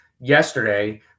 yesterday